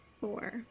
four